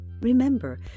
Remember